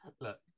Look